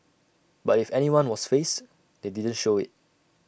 but if anyone was fazed they didn't show IT